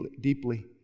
deeply